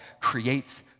creates